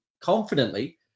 confidently